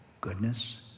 goodness